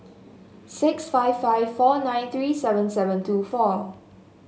six five five four nine three seven seven two four